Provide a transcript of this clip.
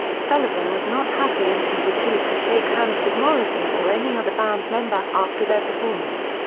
sullivan was not happy and he refused to shake hands with morrison or any other band member after their performance.